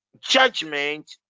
judgment